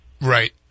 Right